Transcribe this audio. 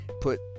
put